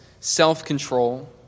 self-control